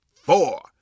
four